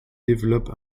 développe